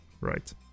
right